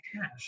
cash